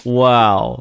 wow